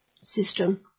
system